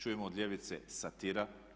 Čujemo od ljevice satira.